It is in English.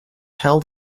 held